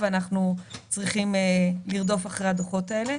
ואנחנו צריכים לרדוף אחרי הדוחות האלה.